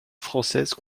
française